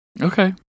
Okay